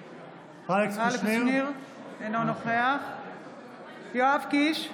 אינו נוכח יואב קיש,